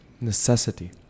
Necessity